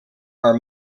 are